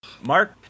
Mark